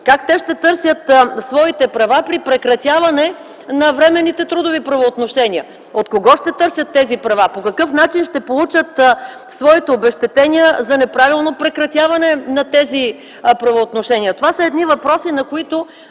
Как те ще търсят своите права при прекратяване на временните трудови правоотношения? От кого ще търсят тези права? По какъв начин ще получат своите обезщетение за неправилно прекратяване на тези правоотношения. Това са въпроси, на които